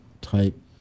type